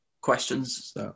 Questions